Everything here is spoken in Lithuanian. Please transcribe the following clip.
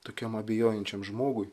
tokiam abejojančiam žmogui